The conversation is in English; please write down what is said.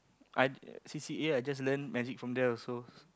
i c_c_a I just learn magic from there also